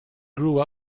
grew